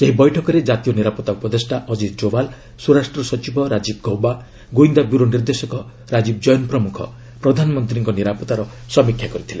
ସେହି ବୈଠକରେ ଜାତୀୟ ନିରାପତ୍ତା ଉପଦେଷ୍ଟା ଅକିତ ଡୋବାଲ୍ ସ୍ୱରାଷ୍ଟ୍ ସଚିବ ରାଜୀବ ଗଉବା ଗୁଇନ୍ଦା ବ୍ୟୁରୋ ନିର୍ଦ୍ଦେଶକ ରାଜୀବ ଜୈନ୍ ପ୍ରମୁଖ ପ୍ରଧାନମନ୍ତ୍ରୀଙ୍କ ନିରାପତ୍ତାର ସମୀକ୍ଷା କରିଥିଲେ